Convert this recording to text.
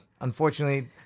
unfortunately